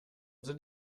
sind